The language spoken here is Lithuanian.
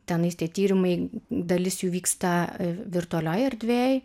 tenais tie tyrimai dalis jų vyksta virtualioj erdvėj